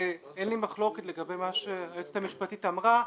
אין לי מחלוקת לגבי מה שהיועצת המשפטית אמרה.